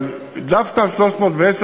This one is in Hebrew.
אבל דווקא המספר 310,